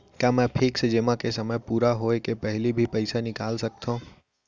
का मैं फिक्स जेमा के समय पूरा होय के पहिली भी पइसा निकाल सकथव?